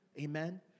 Amen